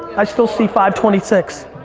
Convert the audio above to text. i still see five twenty six.